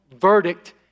verdict